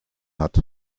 hat